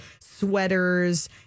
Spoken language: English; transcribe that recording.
sweaters